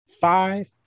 five